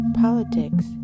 Politics